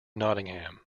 nottingham